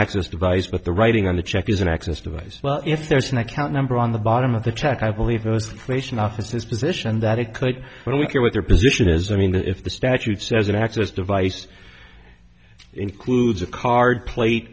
access device but the writing on the check is an access device well if there's an account number on the bottom of the check i believe those placed in offices positioned that it could really care what their position as i mean if the statute says an access device includes a card plate